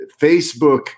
Facebook